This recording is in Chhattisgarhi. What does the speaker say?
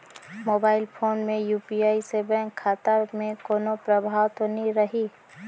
मोबाइल फोन मे यू.पी.आई से बैंक खाता मे कोनो प्रभाव तो नइ रही?